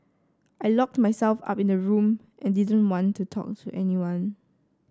I locked myself up in the room and didn't want to talk to anyone